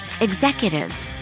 executives